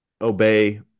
obey